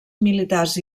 militars